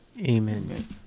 Amen